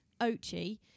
Ochi